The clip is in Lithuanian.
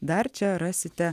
dar čia rasite